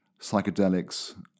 psychedelics